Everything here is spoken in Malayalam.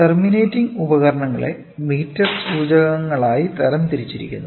ടെർമിനേറ്റിംഗ് ഉപകരണങ്ങളെ മീറ്റർ സൂചകങ്ങളായി തിരിച്ചിരിക്കുന്നു